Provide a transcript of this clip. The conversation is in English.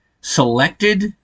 selected